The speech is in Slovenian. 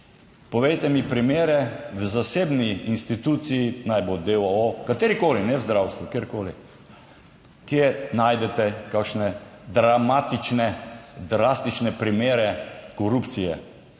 Povejte mi primere v zasebni instituciji, naj bo d. o. o., katerikoli, ne v zdravstvu, kjerkoli kjer najdete kakšne dramatične, drastične primere korupcije,